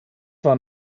war